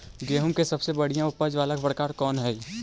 गेंहूम के सबसे बढ़िया उपज वाला प्रकार कौन हई?